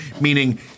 meaning